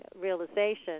realization